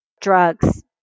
drugs